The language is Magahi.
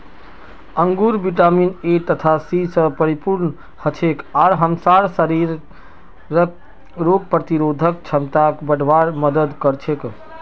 अंगूर विटामिन ए तथा सी स परिपूर्ण हछेक आर हमसार शरीरक रोग प्रतिरोधक क्षमताक बढ़वार मदद कर छेक